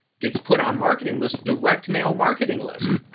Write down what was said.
gets put on marketing, this direct mail marketing list,